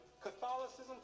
catholicism